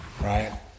right